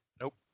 nope